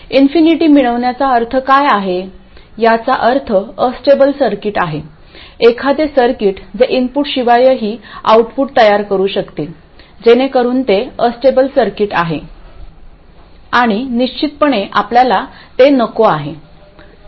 infinity मिळवण्याचा अर्थ काय आहे याचा अर्थ अस्टेबल सर्किट आहे एखादे सर्किट जे इनपुटशिवायही आउटपुट तयार करू शकते जेणेकरून ते अस्टेबल सर्किट आहे आणि निश्चितपणे आपल्याला ते नको आहे